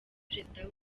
perezida